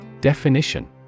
Definition